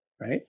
right